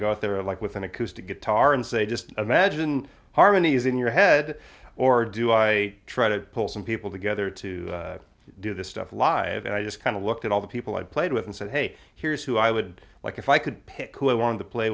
out there of like with an acoustic guitar and say just imagine harmonies in your head or do i try to pull some people together to do the stuff live and i just kind of looked at all the people i played with and said hey here's who i would like if i could pick who i want to play